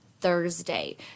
Thursday